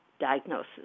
diagnosis